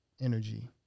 energy